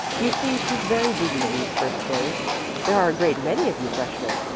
you see she's very busy these first days there are a great many of you freshman,